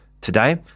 today